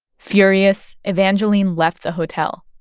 furious, evangeline left the hotel.